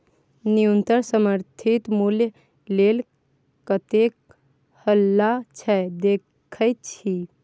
न्युनतम समर्थित मुल्य लेल कतेक हल्ला छै देखय छी